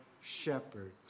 shepherd